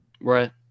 right